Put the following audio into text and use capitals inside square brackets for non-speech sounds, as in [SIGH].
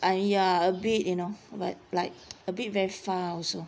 !aiya! a bit you know but like [NOISE] a bit very far also